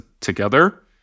together